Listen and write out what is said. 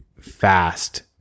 fast